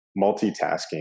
multitasking